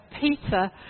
Peter